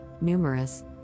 numerous